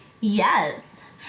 Yes